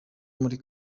muri